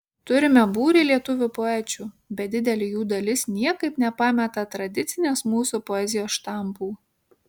turime būrį lietuvių poečių bet didelė jų dalis niekaip nepameta tradicinės mūsų poezijos štampų